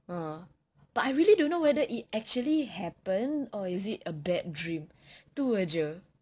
err but I really don't know whether it actually happen or is it a bad dream itu saja